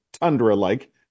tundra-like